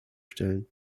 stellen